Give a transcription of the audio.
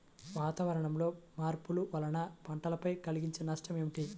వాతావరణంలో మార్పుల వలన పంటలపై కలిగే నష్టం ఏమిటీ?